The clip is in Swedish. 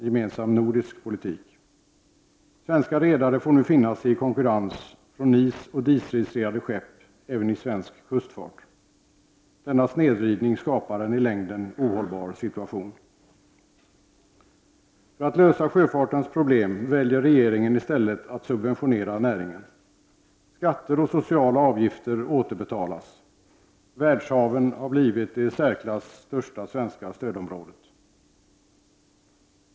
Svenska redare har nu att även i svensk kustfart finna sig i konkurrens från NIS och DIS-registrerade skepp. Denna snedvridning skapar en i längden ohållbar situation. För att lösa sjöfartens problem väljer regeringen i stället att subventionera näringen. Skatter och sociala avgifter återbetalas. Världshaven har blivit det i särklass största svenska stödområdet.